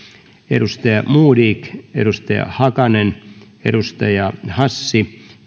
edustajat modig hakanen hassi